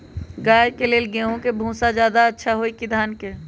गाय के ले गेंहू के भूसा ज्यादा अच्छा होई की धान के?